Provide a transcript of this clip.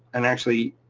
and actually,